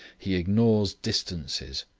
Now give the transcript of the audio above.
he ignores distances,